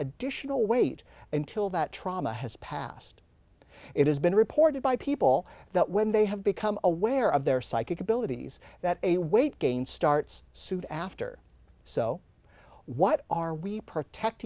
additional weight until that trauma has passed it has been reported by people that when they have become aware of their psychic abilities that a weight gain starts suit after so what are we protect